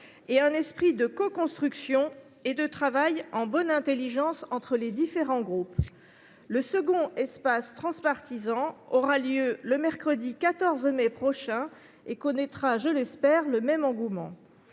un esprit de coconstruction et de travail en bonne intelligence entre les différents groupes. Le second espace transpartisan aura lieu le mercredi 14 mai prochain et connaîtra, je l’espère, le même engouement.